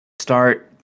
start